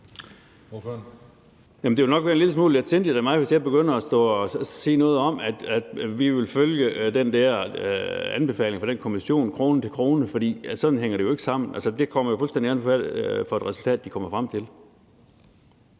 en lille smule letsindigt af mig, hvis jeg begynder at stå og sige noget om, at vi vil følge anbefalingen fra den der kommission krone til krone. Sådan hænger det jo ikke sammen. Det kommer jo fuldstændig an på, hvad for et resultat de kommer frem til.